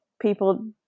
people